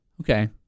Okay